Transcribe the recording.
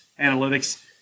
analytics